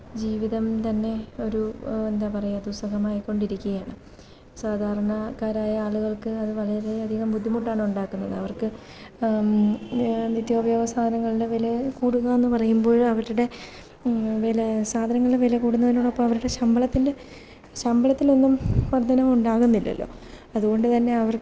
ജീവിതം തന്നെ ഒരു എന്താപറയാ ദുസഹമായിക്കൊണ്ടിരിക്കുകയാണ് സാധാരണക്കാരായ ആളുകള്ക്ക് അത് വളരെയധികം ബുദ്ധിമുട്ടാണ് ഉണ്ടാക്കുന്നത് അവര്ക്ക് നിത്യോപയോഗ സാധനങ്ങളുടെ വില കൂടുകായെന്ന് പറയുമ്പോൾ അവരുടെ വില സാധനങ്ങളുടെ വില കൂടുന്നതിനോടൊപ്പം അവരുടെ ശമ്പളത്തിന്റെ ശമ്പളത്തിലൊന്നും വര്ദ്ധനവുണ്ടാകുന്നില്ലല്ലോ അതുകൊണ്ടു തന്നെ അവര്ക്ക്